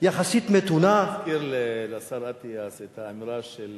יחסית מתונה, תזכיר לשר אטיאס את האמירה של